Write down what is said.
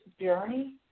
journey